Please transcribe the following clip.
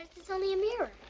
it's only a mirror.